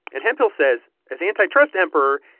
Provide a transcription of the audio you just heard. and hemphill says as antitrust emperor,